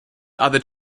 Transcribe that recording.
other